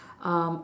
um